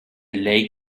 lake